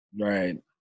Right